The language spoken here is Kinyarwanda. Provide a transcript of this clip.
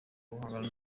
guhangana